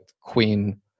queen